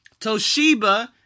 Toshiba